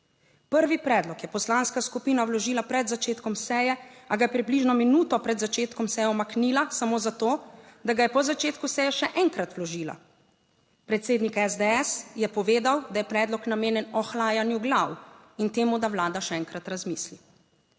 Prvi predlog je poslanska skupina vložila pred začetkom seje, a ga je približno minuto pred začetkom seje umaknila samo zato, da ga je po začetku seje še enkrat vložila. Predsednik SDS je povedal, da je predlog namenjen ohlajanju glav in temu, da vlada še enkrat razmisli.